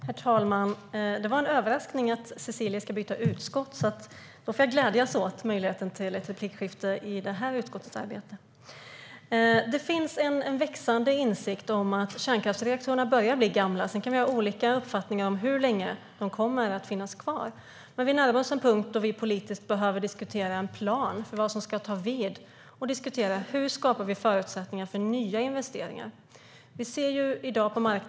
Herr talman! Det var en överraskning att Cecilie ska byta utskott, men jag gläds åt möjligheten till ett replikskifte om det här utskottets arbete. Det finns en växande insikt om att kärnkraftsreaktorerna börjar bli gamla. Vi kan ha olika uppfattning om hur länge de kommer att finnas kvar, men vi närmar oss en punkt då vi politiskt behöver diskutera en plan för vad som ska ta vid och hur vi skapar förutsättningar för nya investeringar.